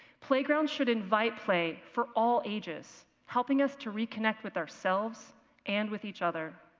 playgrounds should invite play for all ages, helping us to reconnect with ourselves and with each other.